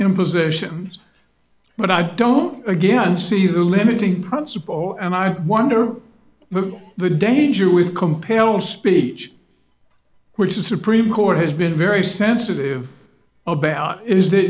impositions but i don't again see the limiting principle and i wonder but the danger with compel speech which the supreme court has been very sensitive about is that